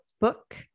book